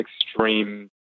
extreme